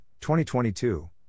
2022